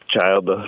child